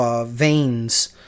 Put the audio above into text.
veins